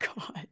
God